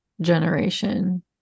generation